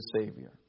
Savior